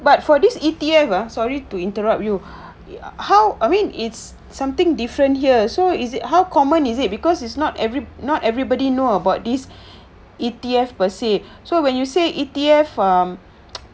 but for this E_T_F ah sorry to interrupt you how I mean it's something different here so is it how common is it because it's not every not everybody know about these E_T_F so when you say E_T_F um